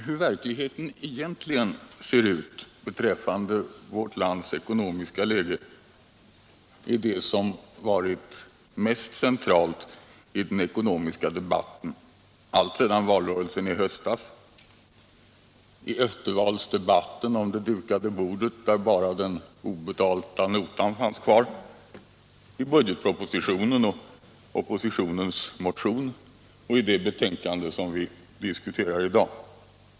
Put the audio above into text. Herr talman! Hur verkligheten beträffande vårt lands ekonomiska läge egentligen skall beskrivas har alltsedan valrörelsen i höstas varit det centrala i den ekonomiska debatten, i eftervalsdebatten om ”det dukade bordet” där bara den obetalda notan fanns kvar, i budgetpropositionen, i oppositionens motion och i det betänkande vi i dag diskuterar.